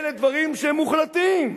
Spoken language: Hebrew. אלה דברים שהם מוחלטים.